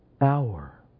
hour